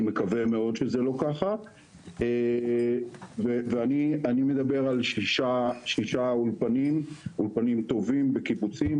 אני מקווה מאוד שזה לא ככה ואני מדבר על ששה אולפנים טובים בקיבוצים,